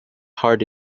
hard